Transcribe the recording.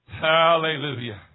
Hallelujah